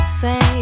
say